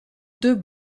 deux